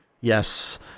yes